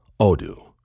Odoo